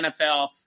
NFL